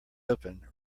open